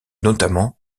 notamment